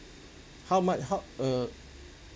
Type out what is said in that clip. how much how err